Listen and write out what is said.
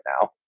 now